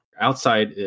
Outside